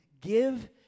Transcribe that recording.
give